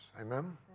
Amen